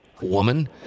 woman